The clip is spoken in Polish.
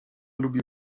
lubi